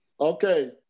Okay